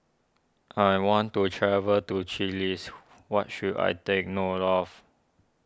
I want to travel to Chiles what should I take note of